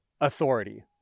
authority